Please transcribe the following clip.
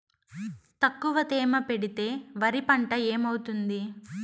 తక్కువ తేమ పెడితే వరి పంట ఏమవుతుంది